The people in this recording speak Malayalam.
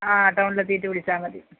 ആ ടൗണിലെത്തീട്ടു വിളിച്ചാൽ മതി